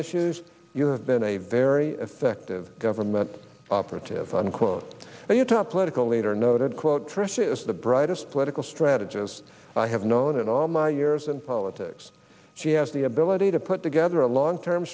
issues you have been a very effective government operative unquote and utah political leader noted quote trish is the brightest political strategist i have known and all my years in politics she has the ability to put together a long term